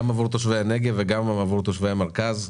גם עבור תושבי הנגב וגם עבור תושבי המרכז.